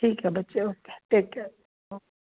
ਠੀਕ ਹੈ ਬੱਚੇ ਓਕੇ ਟੇਕ ਕੇਅਰ ਓਕ